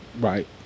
right